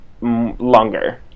longer